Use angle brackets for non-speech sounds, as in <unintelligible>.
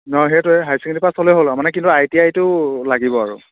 নহয় সেইটোৱেই <unintelligible> হাই secondary pass হ'লেই হ'ল আৰু মানে কিন্তু আই টি আই টো লাগিব আৰু